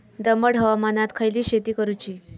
दमट हवामानात खयली शेती करूची?